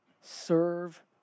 serve